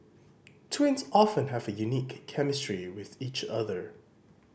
twins often have unique chemistry with each other